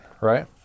right